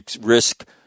risk